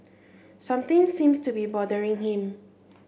something seems to be bothering him